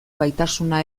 gaitasuna